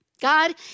God